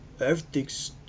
everything's